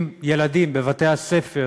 אם ילדים בבתי-הספר